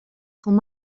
chomh